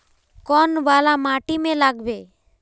कौन वाला माटी में लागबे?